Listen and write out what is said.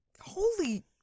Holy